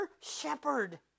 shepherd